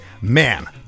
man